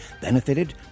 benefited